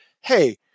hey